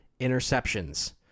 interceptions